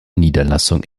niederlassung